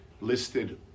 listed